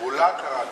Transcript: מולט ארדו.